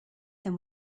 than